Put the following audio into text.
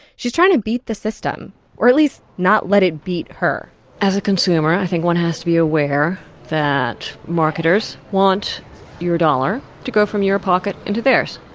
she's trying to beat the system or at least, not let it beat her as a consumer, i think one has to be aware that marketers want your dollar to go from your pocket into theirs,